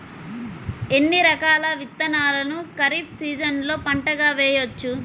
ఎన్ని రకాల విత్తనాలను ఖరీఫ్ సీజన్లో పంటగా వేయచ్చు?